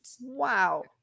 Wow